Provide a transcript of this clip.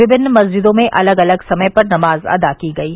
विभिन्न मस्जिदों में अलग अलग समय पर नमाज अदा की गयी